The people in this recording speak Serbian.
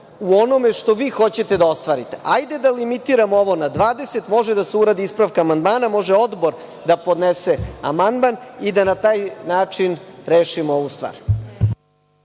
u onome što vi hoćete da ostvarite. Hajde da limitiramo ovo na 20. Može da se uradi ispravka amandmana, može odbor da podnese amandman i da na taj način rešimo ovu stvar.